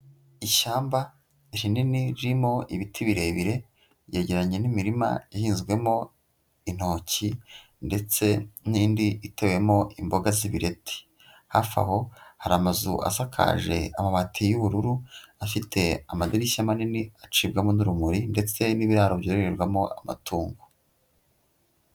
Ishyamba rinini ririmo ibiti birebire, ryegeranye n'imirima ihinzwemo intoki ndetse n'indi itewemo imboga z'ibireti. Hafi aho, hari amazu asakaje amabati y'ubururu, afite amadirishya manini acibwamo n'urumuri ndetse n'ibiraro byororerwamo amatungo.